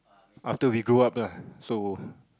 after we grow up lah so